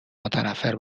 متنفر